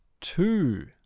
two